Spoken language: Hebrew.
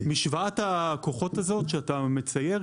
מי שלוקח את הסיכון זו חברת הגז,